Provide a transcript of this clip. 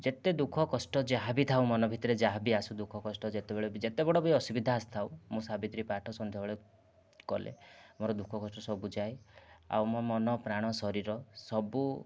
ଯେତେ ଦୁଃଖ କଷ୍ଟ ଯାହାବି ଥାଉ ମନ ଭିତରେ ଯାହାବି ଆସୁ ଦୁଃଖକଷ୍ଟ ଯେତେ ବଡ଼ ବି ଅସୁବିଧା ଆସୁଥାଉ ମୁଁ ସାବିତ୍ରୀ ପାଠ ସନ୍ଧ୍ୟାବେଳେ କଲେ ମୋର ଦୁଃଖକଷ୍ଟ ସବୁ ଯାଏ ଆଉ ମୋ ମନ ପ୍ରାଣ ଶରୀର ସବୁ